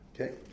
okay